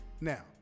now